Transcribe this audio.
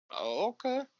Okay